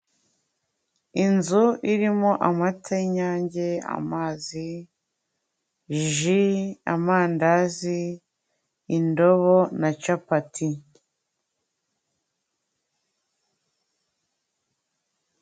Inzu irimo amata y'inyange, amazi, ji, amandazi, indobo na capati.